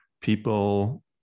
people